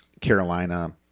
Carolina